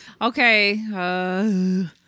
Okay